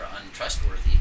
untrustworthy